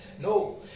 No